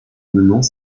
menant